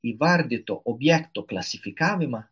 įvardyto objekto klasifikavimą